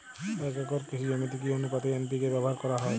এক একর কৃষি জমিতে কি আনুপাতে এন.পি.কে ব্যবহার করা হয়?